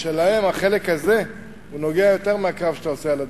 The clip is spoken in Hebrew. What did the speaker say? שלהם החלק הזה נוגע יותר מהקרב שאתה עושה על הדלק.